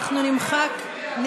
נסיר את,